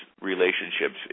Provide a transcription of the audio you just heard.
relationships